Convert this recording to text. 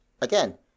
Again